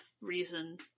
reason